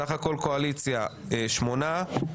סך הכול בקואליציה שמונה.